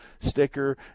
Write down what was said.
sticker